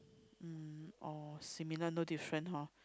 um or similar no different hor